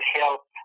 help